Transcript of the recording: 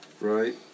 Right